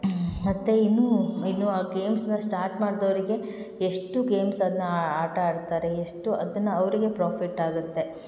ಮತ್ತು ಇನ್ನೂ ಇನ್ನು ಆ ಗೆಮ್ಸ್ನ ಸ್ಟಾರ್ಟ್ ಮಾಡ್ದೋರಿಗೆ ಎಷ್ಟು ಗೇಮ್ಸ್ ಅದನ್ನ ಆಟ ಆಡ್ತಾರೆ ಎಷ್ಟು ಅದನ್ನು ಅವರಿಗೆ ಪ್ರೋಫಿಟ್ ಆಗುತ್ತೆ